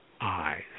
eyes